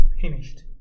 finished